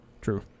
true